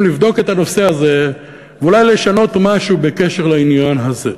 לבדוק את הנושא הזה ואולי לשנות משהו בקשר לעניין הזה.